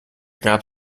gab